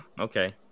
okay